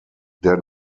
der